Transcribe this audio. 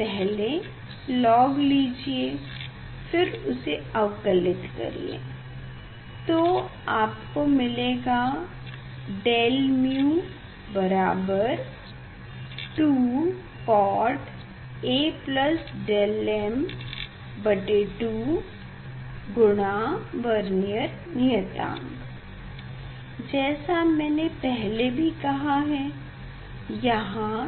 पहले log लीजिए फिर उसे अवकलित करिए तो आपको मिलेगा δμ बराबर 2cot A δ m 2 गुना वर्नियर नियतांक जैसा मैने पहले भी कहाँ है यहाँ